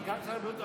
גם שר הבריאות,